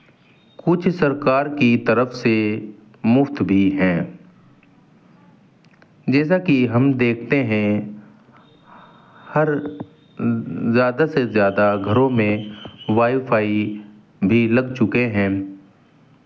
کچھ سرکار کی طرف سے مفت بھی ہیں جیسا کہ ہم دیکھتے ہیں ہر زیادہ سے زیادہ گھروں میں وائی فائی بھی لگ چکے ہیں